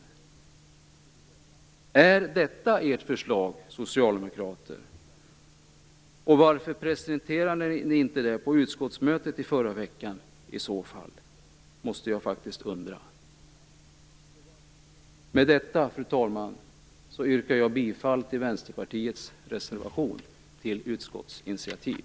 Är detta ert förslag, socialdemokrater? I så fall undrar jag varför ni inte presenterade det på utskottsmötet i förra veckan. Med detta, fru talman, yrkar jag bifall till Vänsterpartiets reservation om utskottsinitiativ.